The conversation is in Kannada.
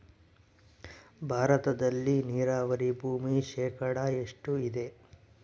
ಭಾರತದಲ್ಲಿ ನೇರಾವರಿ ಭೂಮಿ ಶೇಕಡ ಎಷ್ಟು ಇದೆ?